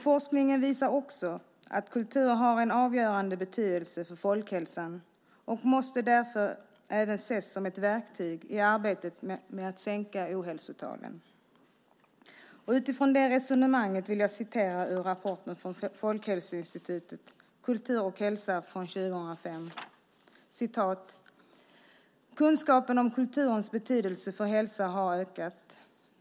Forskningen visar också att kultur har en avgörande betydelse för folkhälsan och måste därför även ses som ett verktyg i arbetet med att sänka ohälsotalen. Utifrån det resonemanget vill jag läsa ur rapporten från Folkhälsoinstitutet, Kultur och hälsa , från 2005: Kunskapen om kulturens betydelse för hälsa har ökat.